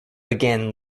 began